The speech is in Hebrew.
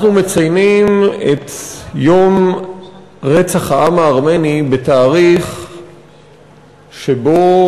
אנחנו מציינים את יום רצח העם הארמני בתאריך שבו